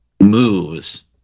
moves